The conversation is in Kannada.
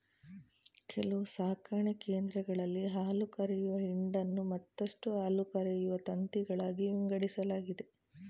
ಕೆಲವು ಸಾಕಣೆ ಕೇಂದ್ರಗಳಲ್ಲಿ ಹಾಲುಕರೆಯುವ ಹಿಂಡನ್ನು ಮತ್ತಷ್ಟು ಹಾಲುಕರೆಯುವ ತಂತಿಗಳಾಗಿ ವಿಂಗಡಿಸಲಾಗಿದೆ